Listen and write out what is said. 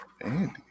Andy